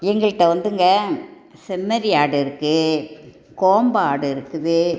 எங்கிட்ட வந்துங்க செம்மறி ஆடு இருக்குது கோம்பை ஆடு இருக்குது